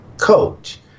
coach